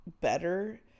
better